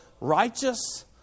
righteous